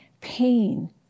pain